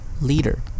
leader